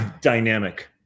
dynamic